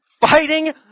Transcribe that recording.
Fighting